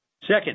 Second